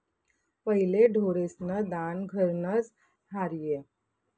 पहिले ढोरेस्न दान घरनंच र्हाये